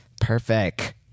Perfect